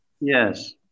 Yes